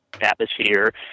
atmosphere